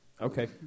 okay